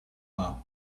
are